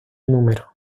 número